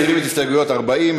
מסירים את הסתייגות 40,